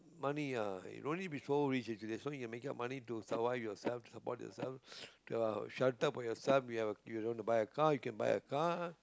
money ah no need be so rich actually making up money to survive yourself support yourself to have shelter for yourself if you you want to buy a car you can buy a car